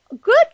good